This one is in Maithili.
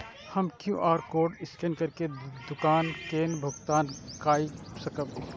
हम क्यू.आर कोड स्कैन करके दुकान केना भुगतान काय सकब?